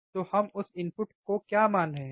तो हम उस इनपुट को क्या मान रहे हैं